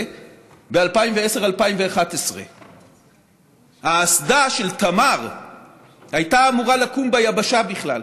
ב-2010 2011. האסדה של תמר הייתה אמורה לקום ביבשה בכלל,